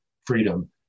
freedom